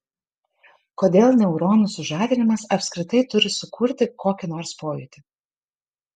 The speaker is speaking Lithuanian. kodėl neuronų sužadinimas apskritai turi sukurti kokį nors pojūtį